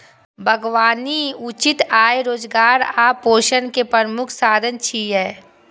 बागबानी उच्च आय, रोजगार आ पोषण के प्रमुख साधन छियै